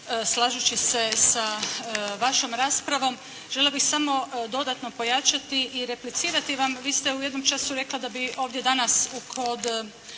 slažući se sa vašom raspravom, željela bih samo dodatno pojačati i replicirati vam, vi ste u jednom času rekla da bi ovdje danas kod